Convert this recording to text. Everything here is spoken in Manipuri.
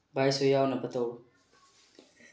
ꯚꯥꯏꯁꯨ ꯌꯥꯎꯅꯕ ꯇꯧꯑꯣ